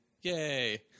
Yay